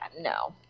no